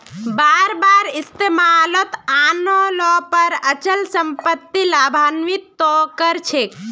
बार बार इस्तमालत आन ल पर अचल सम्पत्ति लाभान्वित त कर छेक